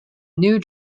new